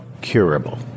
curable